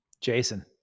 Jason